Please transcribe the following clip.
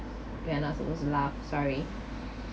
we are not supposed to laugh sorry